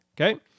okay